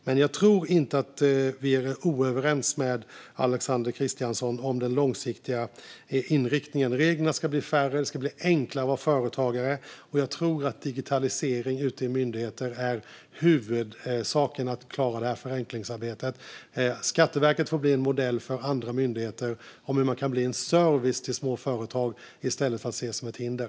Men jag tror inte att vi är oense med Alexander Christiansson om den långsiktiga inriktningen. Reglerna ska bli färre. Det ska bli enklare att vara företagare, och jag tror att digitalisering ute på myndigheterna är huvudsaken för att klara förenklingsarbetet. Skatteverket får bli en modell för hur andra myndigheter kan bli en service för små företag i stället för att ses som ett hinder.